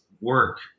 work